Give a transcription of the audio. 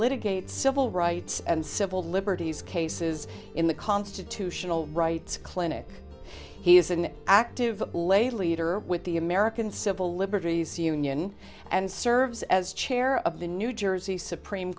litigate civil rights and civil liberties cases in the constitutional rights clinic he is an active lay leader with the american civil liberties union and serves as chair of the new jersey supreme